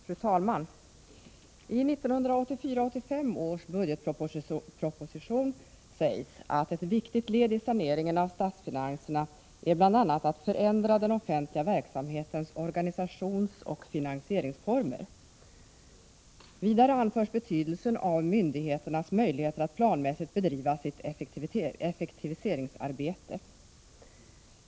Fru talman! I 1984/85 års budgetproposition sägs att ett viktigt led i saneringen av statsfinanserna bl.a. är att förändra den offentliga verksamhetens organisationsoch finansieringsformer. Vidare anförs betydelsen av myndigheternas möjligheter att planmässigt bedriva sitt effektiviseringsarbete.